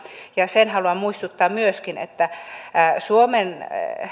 ja sen haluan muistuttaa myöskin että